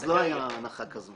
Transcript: אז לא הייתה הנחה כזו.